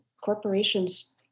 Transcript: corporations